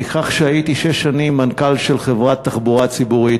הייתי שש שנים מנכ"ל של חברת תחבורה ציבורית,